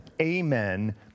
amen